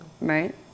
right